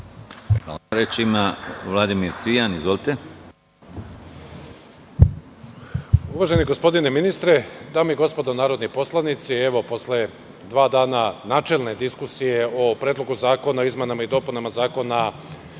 Cvijan. **Vladimir Cvijan** Uvaženi gospodine ministre, dame i gospodo narodni poslanici, evo posle dva dana načelne diskusije o Predlogu zakona o izmenama i dopunama Zakona